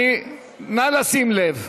נא לשים לב,